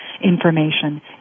information